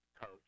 coach